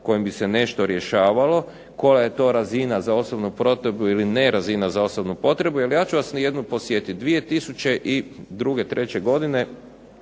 kojim bi se nešto rješavalo, koja je to razina za osobnu potrebu ili ne razina za osobnu potrebu, jer ću vas podsjetiti 2002., 2003. godine